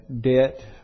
debt